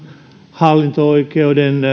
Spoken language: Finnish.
hallinto oikeuden